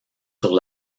sur